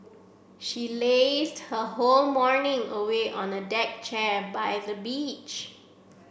she lazed her whole morning away on a deck chair by the beach